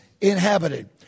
inhabited